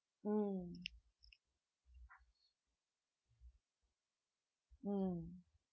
mm mm